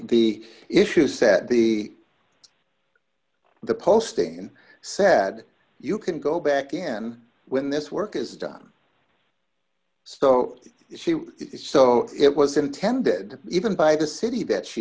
the issue set the the posting said you can go back in when this work is done so if so it was intended even by the city that she